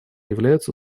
являются